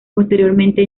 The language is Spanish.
posteriormente